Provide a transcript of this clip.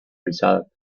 result